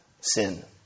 Sin